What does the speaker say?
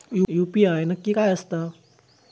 UPI नक्की काय आसता?